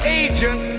agent